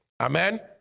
Amen